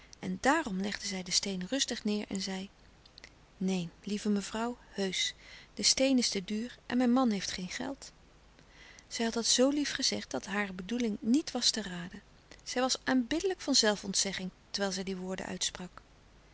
en daàrom legde zij den steen rustig neêr en zei neen lieve mevrouw heusch de steen is te duur en mijn man heeft geen geld zij had dat zoo lief gezegd dat hare bedoeling niet was te raden zij was aanbiddelijk van zelfontzegging terwijl zij die woorden uitsprak